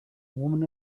woman